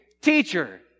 teacher